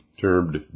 termed